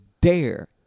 dare